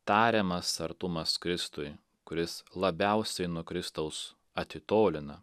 tariamas artumas kristui kuris labiausiai nuo kristaus atitolina